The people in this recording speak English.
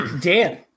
Dan